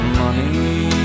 money